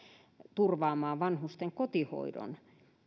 turvaamaan vanhusten kotihoito